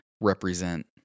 represent